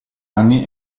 anni